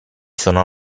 sono